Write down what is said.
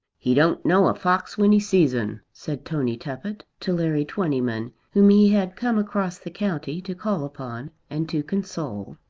he don't know a fox when he sees un, said tony tuppett to larry twentyman, whom he had come across the county to call upon and to console.